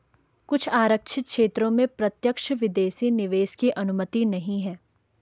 कुछ आरक्षित क्षेत्रों में प्रत्यक्ष विदेशी निवेश की अनुमति नहीं है